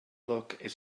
luck